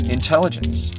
Intelligence